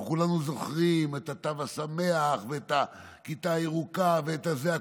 אנחנו כולנו זוכרים את התו השמח ואת הכיתה הירוקה ואת זה.